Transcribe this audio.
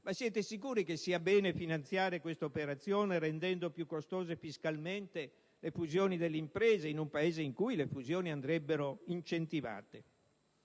ma siete sicuri che sia bene finanziare quest'operazione rendendo più costose fiscalmente le fusioni delle imprese, in un Paese in cui queste ultime andrebbero incentivate?